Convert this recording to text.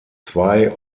zwei